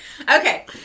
Okay